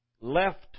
left